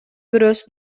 бирөөсү